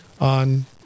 on